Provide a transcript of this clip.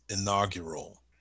inaugural